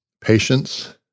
patience